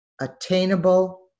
attainable